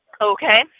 Okay